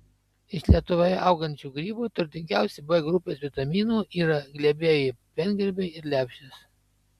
iš lietuvoje augančių grybų turtingiausi b grupės vitaminų yra glebieji piengrybiai ir lepšės